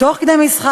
תוך כדי משחק.